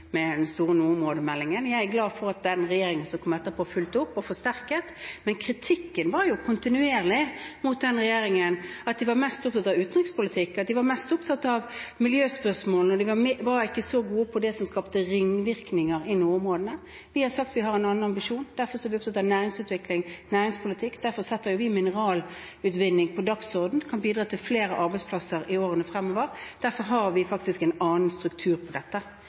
den regjeringen som kom etterpå, fulgte opp og forsterket. Men kritikken mot den regjeringen var jo, kontinuerlig, at de var mest opptatt av utenrikspolitikk, at de var mest opptatt av miljøspørsmål, at de ikke var så gode på det som skapte ringvirkninger i nordområdene. Vi har sagt at vi har en annen ambisjon. Derfor er vi opptatt av næringsutvikling, næringspolitikk, derfor setter vi mineralutvinning på dagsordenen, det kan bidra til flere arbeidsplasser i årene fremover, og derfor har vi faktisk en annen struktur på dette.